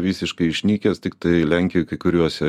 visiškai išnykęs tiktai lenkijoj kai kuriuose